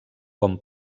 com